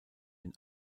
den